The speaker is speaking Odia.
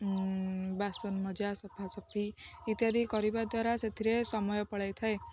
ବାସନ ମଜା ସଫାସଫି ଇତ୍ୟାଦି କରିବା ଦ୍ୱାରା ସେଥିରେ ସମୟ ପଳେଇ ଥାଏ